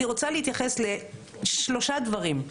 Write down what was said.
אני רוצה להתייחס לשלושה דברים: